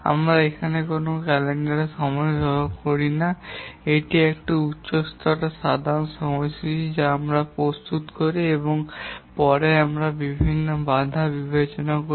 আমরা এখানে কোনও ক্যালেন্ডার সময় ব্যবহার করি না এটি একটি উচ্চ স্তরের সাধারণ সময়সূচী যা আমরা প্রস্তুত করি এবং পরে আমরা বিভিন্ন বাধা বিবেচনা করি